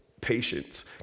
patience